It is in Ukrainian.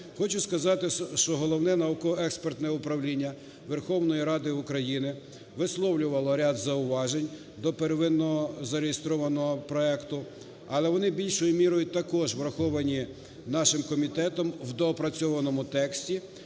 Хочу сказати, що Головне науково-експертне управління Верховної Ради України висловлювало ряд зауважень до первинного зареєстрованого проекту. Але вони більшою мірою також враховані нашим комітетом в доопрацьованому тексті.